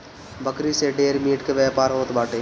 बकरी से ढेर मीट के व्यापार होत बाटे